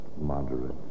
moderate